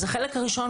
אז החלק הראשון,